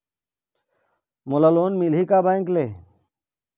मोला लोन मिलही का बैंक ले?